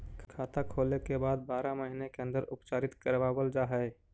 खाता खोले के बाद बारह महिने के अंदर उपचारित करवावल जा है?